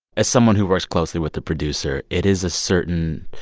as someone who works closely with a producer, it is a certain